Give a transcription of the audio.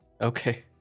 Okay